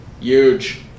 Huge